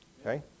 Okay